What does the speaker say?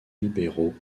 libéraux